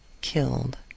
Killed